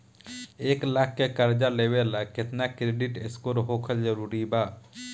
एक लाख के कर्जा लेवेला केतना क्रेडिट स्कोर होखल् जरूरी बा?